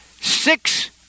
six